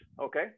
okay